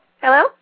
Hello